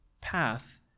path